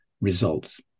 results